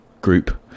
group